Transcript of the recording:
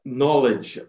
knowledge